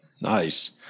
nice